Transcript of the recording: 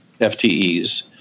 FTEs